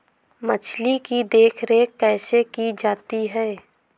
मछली की देखरेख कैसे की जाती है?